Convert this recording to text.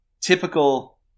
typical